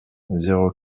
zéro